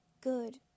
good